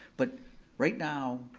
but right now,